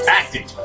acting